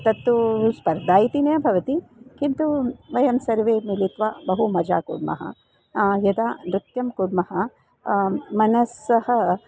तत्तु स्पर्धा इति न भवति किन्तु वयं सर्वे मिलित्वा बहु मजा कुर्मः यदा नृत्यं कुर्मः मनस्सह